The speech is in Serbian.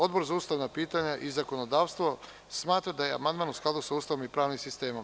Odbor za ustavna pitanja i zakonodavstvo smatra da je amandman u skladu sa Ustavom i pravnim sistemom.